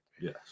Yes